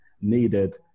needed